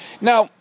Now